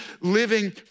living